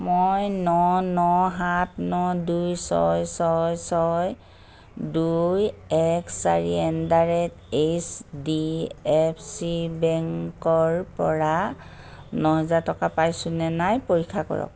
মই ন ন সাত ন দুই ছয় ছয় ছয় দুই এক চাৰি at the rate H D F C বেংকৰ পৰা ন হাজাৰ টকা পাইছো নে নাই পৰীক্ষা কৰক